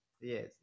Yes